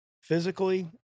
physically